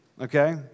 okay